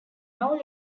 now